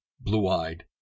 blue-eyed